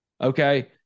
Okay